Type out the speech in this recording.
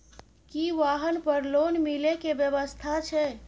की वाहन पर लोन मिले के व्यवस्था छै?